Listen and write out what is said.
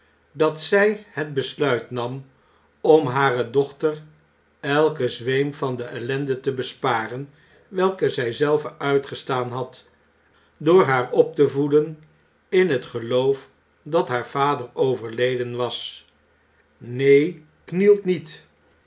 dat zij het besluit nam om hare dochter elken zweem van de ellende te besparen welke zij zelve uitgestaan had door haar op te voeden in t geloof dat haar vader overleden was neen knielt niet